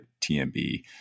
TMB